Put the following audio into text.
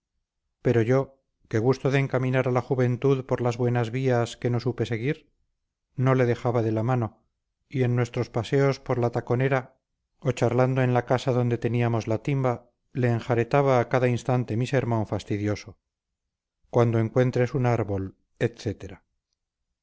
pero yo que gusto de encaminar a la juventud por las buenas vías que no supe seguir no le dejaba de la mano y en nuestros paseos por la taconera o charlando en la casa donde teníamos la timba le enjaretaba a cada instante mi sermón fastidioso cuando encuentres un árbol etcétera